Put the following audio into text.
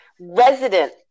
Resident